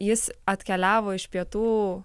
jis atkeliavo iš pietų